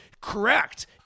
correct